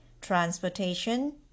transportation